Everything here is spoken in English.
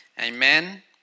Amen